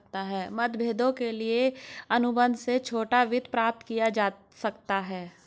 मतभेदों के लिए अनुबंध से छोटा वित्त प्राप्त किया जा सकता है